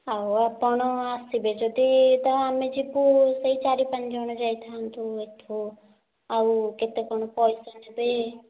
ହେଉ ଆପଣ ଆସିବେ ଯଦି ତ ଆମେ ଯିବୁ ସେହି ଚାରି ପାଞ୍ଚ ଜଣ ଯାଇଥାଆନ୍ତୁ ଏଠୁ ଆଉ କେତେ କ'ଣ ପଇସା ନେବେ